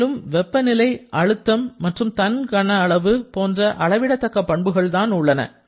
மேலும் வெப்பநிலை அழுத்தம் மற்றும் தன் கொள்ளளவு போன்ற அளவிட தக்க பண்புகள் தான் உள்ளன